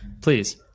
please